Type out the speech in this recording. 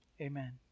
Amen